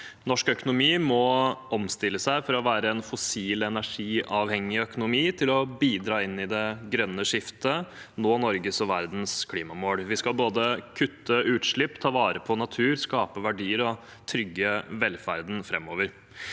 Norsk økonomi må omstille seg fra å være en økonomi som er avhengig av fossil energi, til å bidra inn i det grønne skiftet og nå Norges og verdens klimamål. Vi skal både kutte utslipp, ta vare på natur, skape verdier og trygge velferden framover.